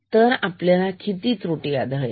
तर आपल्याला किती त्रुटी आढळेल